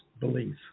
belief